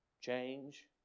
change